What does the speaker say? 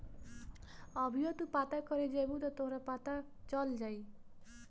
अभीओ तू पता करे जइब त तोहरा के पता चल जाई